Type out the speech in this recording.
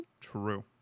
true